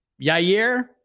Yair